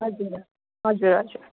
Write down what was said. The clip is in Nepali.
हजुर ह हजुर हजुर